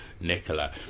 Nicola